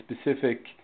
specific